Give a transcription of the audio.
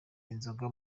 inzoga